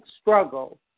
struggle